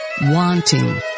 wanting